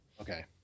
Okay